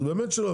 באמת שלא.